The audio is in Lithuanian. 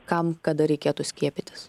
kam kada reikėtų skiepytis